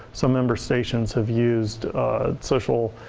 some member stations have used social